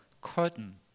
curtain